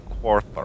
quarter